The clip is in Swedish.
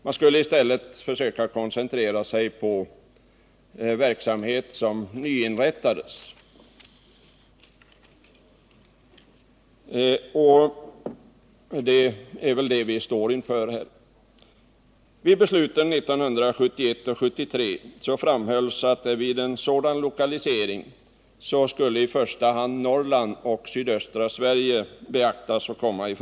Man skulle i stället försöka koncentrera sig på verksamhet som nyinrättas, och det är väl det vi står inför nu. I besluten 1971 och 1973 framhölls att vid sådan lokalisering skulle i första hand Norrland och sydöstra Sverige beaktas.